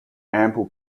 ample